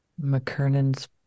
McKernan's